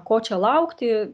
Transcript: ko čia laukti